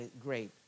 great